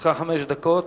לרשותך חמש דקות.